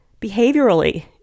Behaviorally